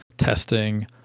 Testing